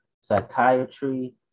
Psychiatry